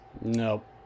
Nope